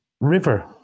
river